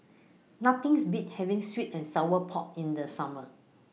Nothing beat having Sweet and Sour Pork in The Summer